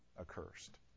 accursed